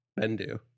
Bendu